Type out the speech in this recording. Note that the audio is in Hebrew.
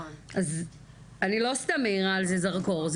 אז אני לא סתם מאירה על זה זרקור,